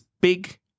Big